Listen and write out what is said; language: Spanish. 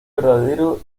verdadero